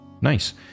Nice